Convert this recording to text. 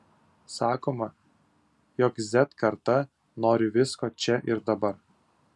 sakoma jog z karta nori visko čia ir dabar